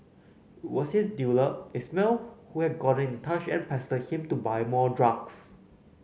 was his dealer Ismail who had gotten in touch and pestered him to buy more drugs